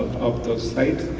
of those sites,